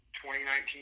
2019